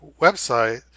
website